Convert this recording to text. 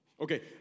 Okay